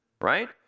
right